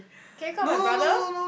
can you call my brother